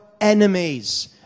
enemies